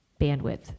bandwidth